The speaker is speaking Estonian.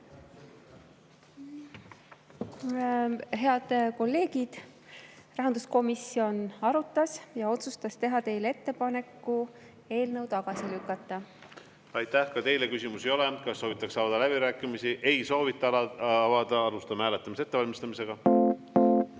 Head kolleegid! Rahanduskomisjon arutas ja otsustas teha teile ettepaneku eelnõu tagasi lükata. Aitäh! Ka teile küsimusi ei ole. Kas soovitakse avada läbirääkimisi? Ei soovita avada. Alustame hääletamise ettevalmistamist.